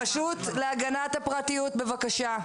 הרשות להגנת הפרטיות, בבקשה.